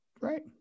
Right